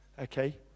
okay